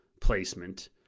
placement